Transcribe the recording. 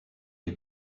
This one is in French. les